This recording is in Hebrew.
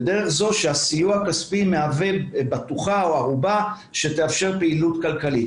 בדרך זו שהסיוע הכספי מהווה ערובה או בטוחה שתאפשר פעילות כלכלית.